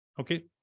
Okay